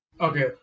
okay